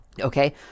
okay